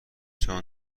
چون